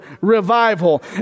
revival